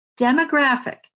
demographic